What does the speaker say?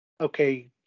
Okay